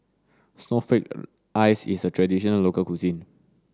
snowflake ice is a traditional local cuisine